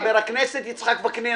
חבר הכנסת יצחק וקנין,